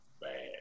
bad